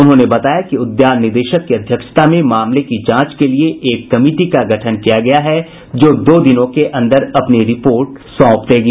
उन्होंने बताया कि उद्यान निदेशक की अध्यक्षता में मामले की जांच के लिए एक कमिटी का गठन किया गया है जो दो दिनों के अन्दर अपनी रिपोर्ट सौंप देगी